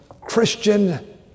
Christian